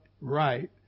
right